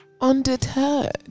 Undeterred